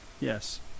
yes